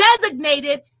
designated